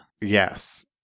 Yes